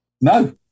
No